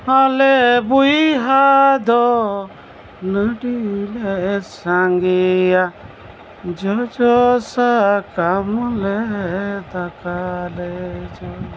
ᱟᱞᱮ ᱵᱚᱭᱦᱟ ᱫᱚ ᱟᱹᱰᱤ ᱞᱮ ᱥᱟᱸᱜᱮᱭᱟ ᱡᱚᱡᱚ ᱥᱟᱠᱟᱢ ᱞᱮ ᱫᱟᱠᱟ ᱞᱮ ᱡᱚᱢ